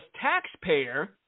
taxpayer